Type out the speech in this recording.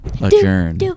adjourn